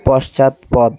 পশ্চাৎপদ